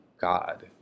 God